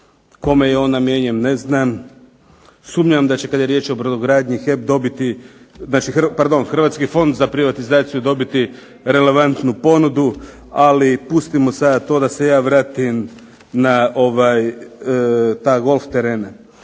kome je on namijenjen ne znam. Sumnja da će kad je riječ o brodogradnji Hrvatski fond za privatizaciju dobiti relevantnu ponudu. Ali pustimo sada to, da se ja vratim na golf terene.